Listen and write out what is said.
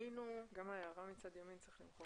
גם את ההערה מצד ימין צריך למחוק.